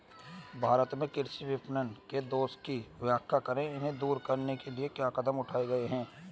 भारत में कृषि विपणन के दोषों की व्याख्या करें इन्हें दूर करने के लिए क्या कदम उठाए गए हैं?